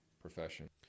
profession